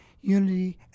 Unity